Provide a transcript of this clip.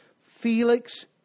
Felix